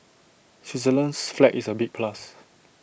Switzerland's flag is A big plus